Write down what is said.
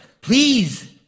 Please